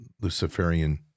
Luciferian